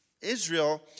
Israel